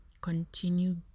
continue